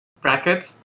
brackets